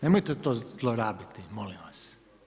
Nemojte to zlorabiti, molim vas.